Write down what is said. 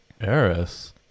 Eris